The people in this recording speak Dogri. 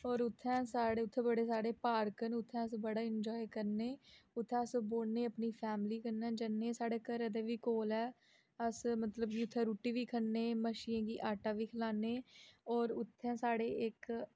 होर उत्थैं साढ़े उत्थैं बड़े सारे पार्क न उत्थें अस बड़ा एंजॉय करने उत्थें अस बौह्ने अपनी फैमली कन्नै जन्ने साढ़े घरै दै बी कोल ऐ अस उत्थे मतलब कि रूट्टी बी खन्ने मच्छियें गी आटा बी खलाने होर उत्थें साढ़े इक